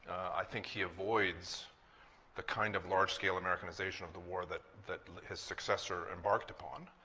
i think he avoids the kind of large scale americanization of the war that that his successor embarked upon.